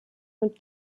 und